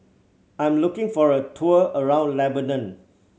I am looking for a tour around Lebanon